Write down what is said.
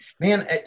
Man